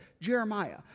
Jeremiah